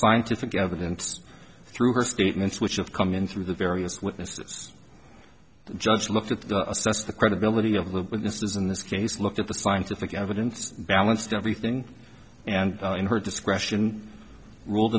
scientific evidence through her statements which have come in through the various witnesses judge looked at the assess the credibility of the witnesses in this case looked at the scientific evidence balanced everything and in her discretion ruled